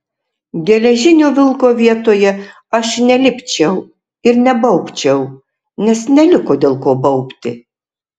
geležinio vilko vietoje aš nelipčiau ir nebaubčiau nes neliko dėl ko baubti